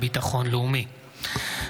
2024,